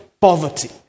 poverty